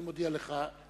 אני מודיע לך,